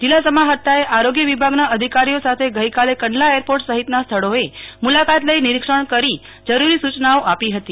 જિલ્લા સમાહર્તાએ આરોગ્ય વિભાગના અધિકારીઓ સાથે ગઈકાલે કંડલા એરપોર્ટ સહિતના સ્થળોએ મુલાકાત લઈ નિરીક્ષણ કરી જરૂરી સૂચનાઓ આપી હતી